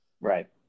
Right